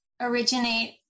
originate